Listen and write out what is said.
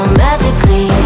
magically